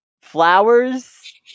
flowers